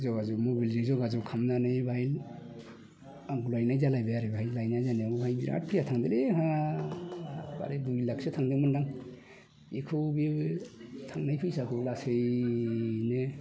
जगाजग मुलि जगाजग खालामनानै बाहाय आंखौ लायनाय जालायबाय आरो बाहाय लायनाय जानायाव बिराद फैसा थांदोंलै आंहा साराय दुइ लाखसो थांदोंमौन्दां बेखौ बे थांनाय फैसाखौ गासैनो